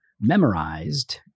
memorized